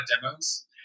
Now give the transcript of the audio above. demos